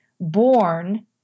born